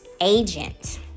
agent